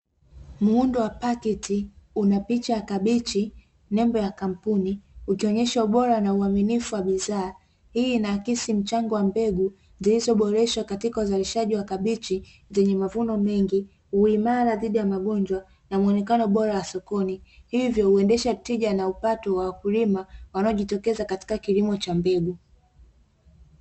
Muundo wa pakiti una picha ya kabichi nembo ya kampuni ukionyesha ubora na uaminifu wa wabidhaa hii inahakisi mchango wa mbegu zilizoboreshwa katika uzalishaji wa kabichi zenye mavuno mengi, huimara dhidi ya magonjwa na mwonekano bora wa sokoni hivyo huendesha tija na upato wa wakulima wanaojitokeza katika kilimo cha mbegu.